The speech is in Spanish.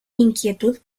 inquietud